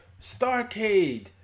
Starcade